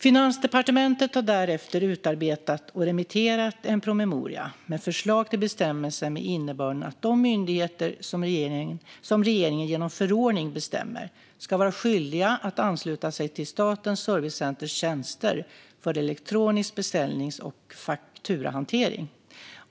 Finansdepartementet har därefter utarbetat och remitterat en promemoria med förslag till bestämmelse med innebörden att de myndigheter som regeringen genom förordning bestämmer ska vara skyldiga att ansluta sig till Statens servicecenters tjänster för elektronisk beställnings och fakturahantering.